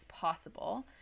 possible